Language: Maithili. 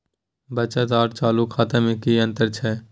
बचत आर चालू खाता में कि अतंर छै?